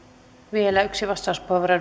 vielä yksi vastauspuheenvuoro